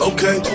Okay